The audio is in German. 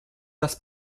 das